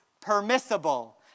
permissible